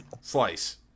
slice